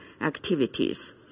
activities